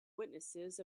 witnesses